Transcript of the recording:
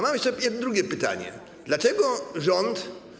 Mam jeszcze drugie pytanie, dlaczego rząd.